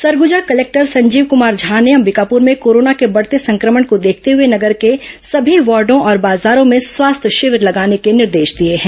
Surguja collector Sanjeev Kumar Jha ने अंबिकापुर में corona के बढ़ते संक्रमण को देखते हुए नगर के सभी वार्डो और बाजारों में स्वास्थ्य शिविर लगाने के निर्देश दिए हैं